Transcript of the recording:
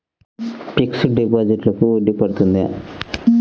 Fixed డిపాజిట్లకు వడ్డీ పడుతుందా?